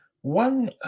One